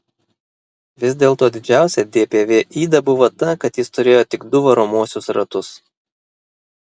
vis dėl to didžiausia dpv yda buvo ta kad jis turėjo tik du varomuosius ratus